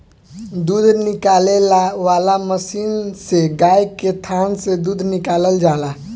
दूध निकाले वाला मशीन से गाय के थान से दूध निकालल जाला